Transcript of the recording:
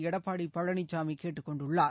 எடப்பாடி பழனிசாமி கேட்டுக் கொண்டுள்ளார்